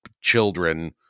children